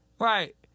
Right